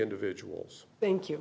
individuals thank you